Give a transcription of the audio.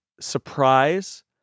surprise